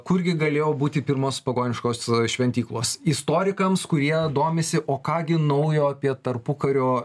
kurgi galėjo būti pirmos pagoniškos šventyklos istorikams kurie domisi o ką gi naujo apie tarpukario